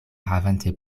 havante